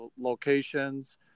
locations